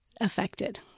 affected